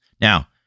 Now